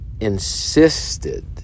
insisted